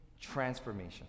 Transformation